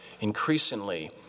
increasingly